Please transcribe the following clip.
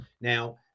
Now